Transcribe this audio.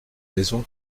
maison